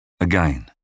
Again